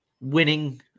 winning